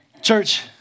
Church